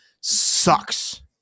sucks